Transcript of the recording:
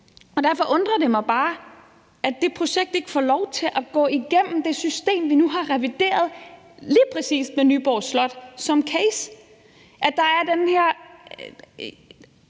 Derfor undrer det mig bare, at det projekt ikke får lov til at gå igennem det system, vi nu har revideret lige præcis med Nyborg Slot som case, at der er den her